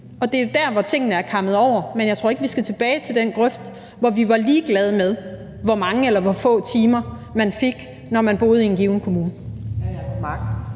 og det er jo der, hvor tingene er kammet over. Men jeg tror ikke, at vi skal tilbage til den grøft, hvor vi var ligeglade med, hvor mange eller hvor få timer man fik, når man boede i en given kommune.